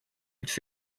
it’s